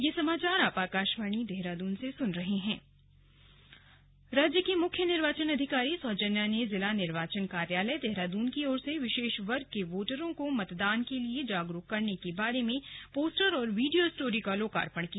slug Saujanya राज्य की मुख्य निर्वाचन अधिकारी सौजन्या ने जिला निर्वाचन कार्यालय देहरादून की ओर से विशेष वर्ग के वोटरों को मतदान के लिए जागरूक करने के बारे में पोस्टर और वीडियो स्टोरी का लोकार्पण किया